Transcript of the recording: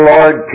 Lord